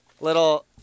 little